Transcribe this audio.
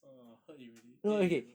orh herd immunity there you go